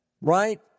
Right